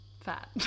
fat